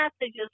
messages